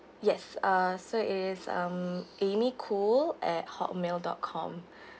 yes uh so it is um amy khoo at hotmail dot com